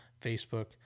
Facebook